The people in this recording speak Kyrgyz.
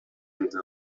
деди